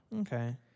Okay